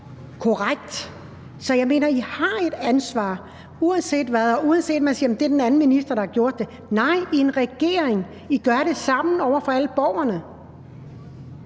korrekt. Så jeg mener, at I har et ansvar uanset hvad, og uanset om man siger: Jamen det er den anden minister, der har gjort det. Nej, I er en regering, og I gør det sammen over for alle borgerne.